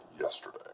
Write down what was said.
yesterday